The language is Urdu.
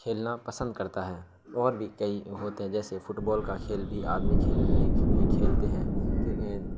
کھیلنا پسند کرتا ہے اور بھی کئی ہوتے ہیں جیسے فٹ بال کا کھیل بھی آدمی کھیلنے کھیلتے ہیں